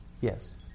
Yes